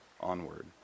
onward